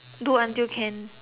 do until can